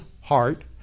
heart